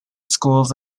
schools